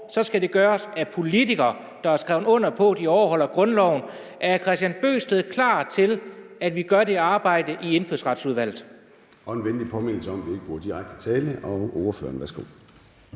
så skal det gøres af politikere, der har skrevet under på, at de overholder grundloven. Er hr. Kristian Bøgsted klar til, at vi gør det arbejde i Indfødsretsudvalget?